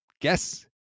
Guess